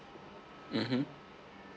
mmhmm